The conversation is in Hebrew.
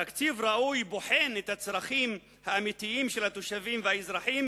תקציב ראוי בוחן את הצרכים האמיתיים של התושבים והאזרחים